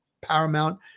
paramount